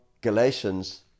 Galatians